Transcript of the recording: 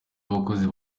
w’abakozi